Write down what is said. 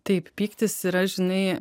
taip pyktis yra žinai